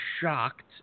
shocked